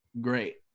Great